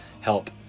help